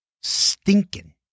stinking